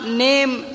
name